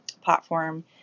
platform